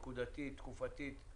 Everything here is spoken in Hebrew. נקודתית, תקופתית,